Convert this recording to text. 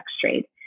trade